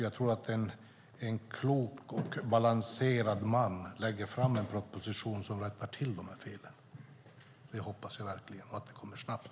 Jag tror att en klok och balanserad man lägger fram en proposition som rättar till felen. Det hoppas jag verkligen, och att det kommer snabbt.